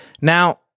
Now